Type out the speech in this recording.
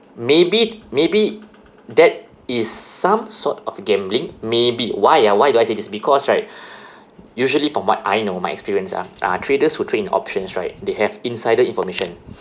maybe maybe that is some sort of gambling maybe why ah why do I say this because right usually from what I know my experience ah uh traders who train in options right they have insider information